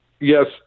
Yes